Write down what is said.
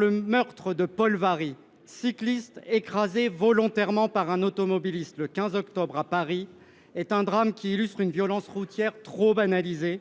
Le meurtre de Paul Varry, cycliste écrasé volontairement par un automobiliste le 15 octobre à Paris, est un drame qui illustre une violence routière trop banalisée,